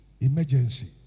emergency